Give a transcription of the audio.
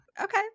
okay